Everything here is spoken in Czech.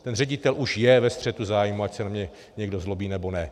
Ten ředitel už je ve střetu zájmů, ať se na mě někdo zlobí, nebo ne.